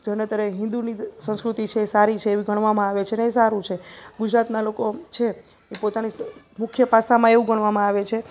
જનતર હિન્દુની સંસ્કૃતિ છે એ સારી છે એવું ગણવામાં આવે છે એ સારું છે ગુજરાતના લોકો છે એ પોતાની સ મુખ્ય પાસામાં એવું ગણવામાં આવે છે